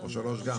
או 3 גם?